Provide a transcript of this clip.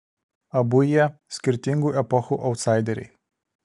abu jie skirtingų epochų autsaideriai